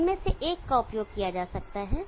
इनमें से एक का उपयोग किया जा सकता है